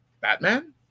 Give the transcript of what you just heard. Batman